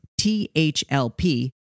THLP